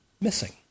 missing